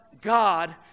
God